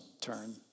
turn